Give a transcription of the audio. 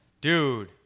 Dude